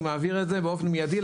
אני מעביר את זה באופן מיידי.